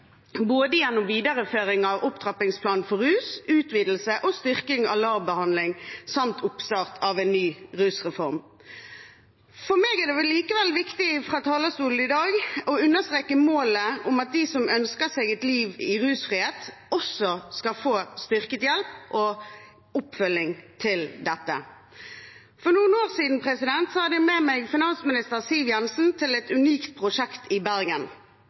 både gjennom videreføring av opptrappingsplanen for rusfeltet, utvidelse og styrking av LAR-behandling samt oppstart av en ny rusreform. For meg er det likevel viktig fra talerstolen i dag å understreke målet om at de som ønsker seg et liv i rusfrihet, også skal få styrket hjelp og oppfølging til det. For noen år siden hadde jeg med meg finansminister Siv Jensen til et unikt prosjekt i Bergen